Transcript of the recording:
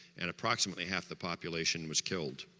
and approximately half the population was killed